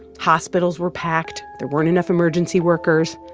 hospitals were packed. there weren't enough emergency workers.